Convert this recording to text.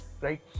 right